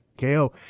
KO